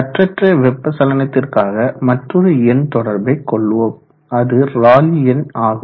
கட்டற்ற வெப்ப சலனத்திற்காக மற்றோரு எண் தொடர்பை கொள்வோம் அது ராலி எண் ஆகும்